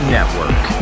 Network